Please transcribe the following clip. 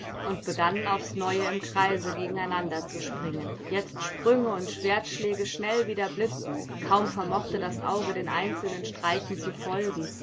und begannen aufs neue im kreise gegeneinander zu springen jetzt sprünge und schwertschläge schnell wie der blitz kaum vermochte das auge den einzelnen streichen zu folgen